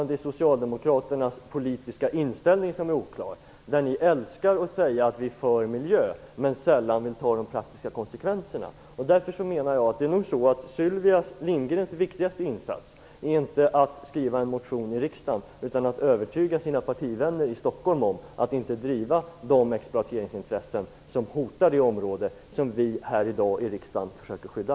Det är socialdemokraternas politiska inställning som är oklar. Ni älskar att säga att ni är för miljön. Det är dock sällan ni vill ta de praktiska konsekvenserna. Därför menar jag att Sylvia Lindgrens viktigaste insats inte är att skriva en motion i riksdagen utan att övertyga sina partivänner i Stockholm om att de inte skall driva de exploateringsintressen som hotar det område som vi här i dag i riksdagen försöker skydda.